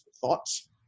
Thoughts